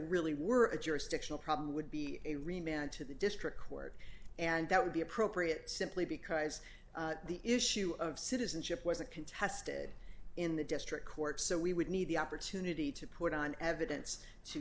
really were a jurisdictional problem would be a remained to the district court and that would be appropriate simply because the issue of citizenship was a contested in the district court so we would need the opportunity to put on evidence to